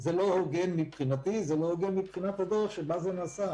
- זה לא הוגן מבחינתי וזה לא הוגן מבחינת הדרך בה זה נעשה.